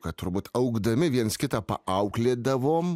kad turbūt augdami viens kitą paauklėdavom